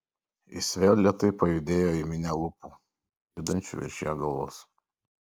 jis vėl lėtai pajudėjo į minią lūpų judančių virš jo galvos